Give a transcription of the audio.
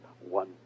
One